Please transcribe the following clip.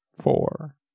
Four